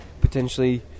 potentially